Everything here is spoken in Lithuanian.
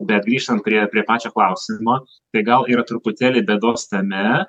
bet grįžtant prie prie pačio klausimo tai gal yra truputėlį bėdos tame